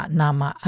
nama